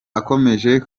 akomeje